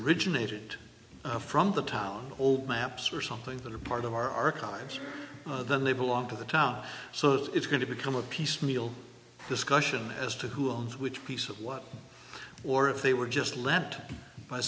originated from the town old maps or something that are part of our archives then they belong to the town so it's going to become a piecemeal discussion as to who owns which piece of what or if they were just let by